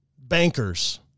bankers